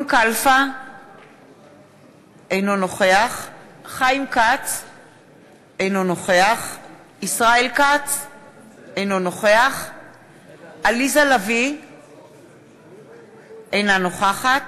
לביא, אינה נוכחת